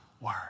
word